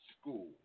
school